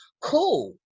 cool